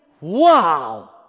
wow